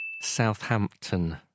Southampton